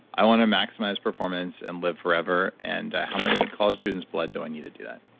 i want to maximize performance and live forever, and how many college students blood do i need to do that?